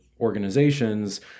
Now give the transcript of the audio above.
organizations